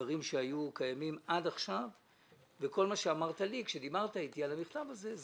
דברים שהיו קיימים עד עכשיו וכל מה שאמרת לי עת דיברת אתי על המכתב הזה,